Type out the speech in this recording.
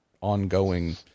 ongoing